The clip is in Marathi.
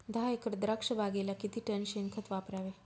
दहा एकर द्राक्षबागेला किती टन शेणखत वापरावे?